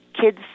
kids